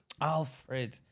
Alfred